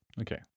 Okay